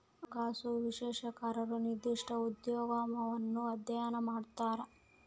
ಹಣಕಾಸು ವಿಶ್ಲೇಷಕರು ನಿರ್ದಿಷ್ಟ ಉದ್ಯಮವನ್ನು ಅಧ್ಯಯನ ಮಾಡ್ತರ